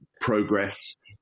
progress